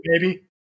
baby